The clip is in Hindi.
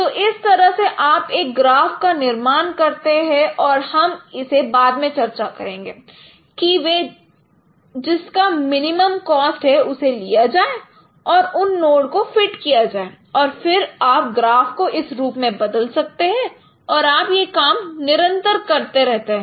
तो इस तरह से आप एक ग्राफ का निर्माण करते हैं और हम इसे बाद में चर्चा करेंगे की वह जिसका मिनिमम कॉस्ट है उसे लिया जाए और उन नोड को फिट किया जाए और फिर आप ग्राफ को इस रूप में बदल सकते हैं और आप यह काम निरंतर करते रहते हैं